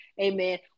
amen